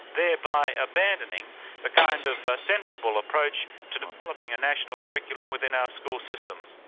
thereby abandoning the kind of sensible approach to developing a national curriculum within our school systems.